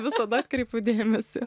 visada atkreipiu dėmesį